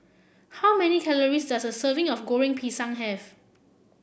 how many calories does a serving of Goreng Pisang have